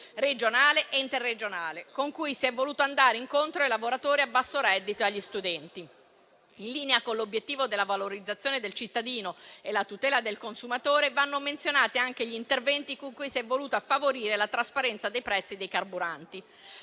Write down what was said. regionale e interregionale, con cui si è voluto andare incontro ai lavoratori a basso reddito e agli studenti. In linea con l'obiettivo della valorizzazione del cittadino e la tutela del consumatore, vanno menzionati anche gli interventi con cui si è voluta favorire la trasparenza dei prezzi dei carburanti.